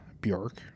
bjork